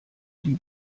die